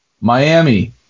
miami